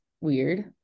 weird